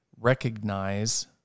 recognize